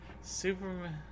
Superman